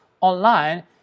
online